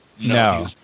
No